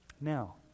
Now